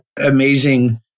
amazing